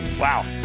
Wow